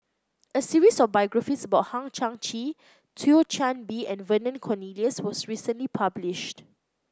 a series of biographies about Hang Chang Chieh Thio Chan Bee and Vernon Cornelius was recently published